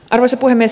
arvoisa puhemies